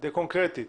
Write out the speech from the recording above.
קונקרטית.